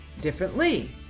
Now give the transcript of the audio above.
differently